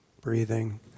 breathing